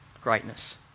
greatness